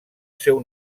seu